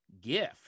Gift